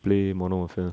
play modern warfare